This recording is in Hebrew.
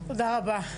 תודה רבה.